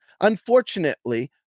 Unfortunately